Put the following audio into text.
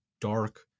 dark